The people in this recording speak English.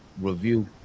review